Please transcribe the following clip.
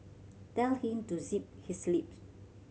tell him to zip his lip